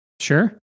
Sure